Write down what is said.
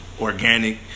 organic